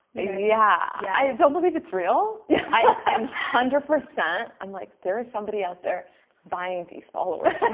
yeah yeah, i don't believe it's real. yeah, i'm hundred percent. i'm like there is somebody out there buying these followers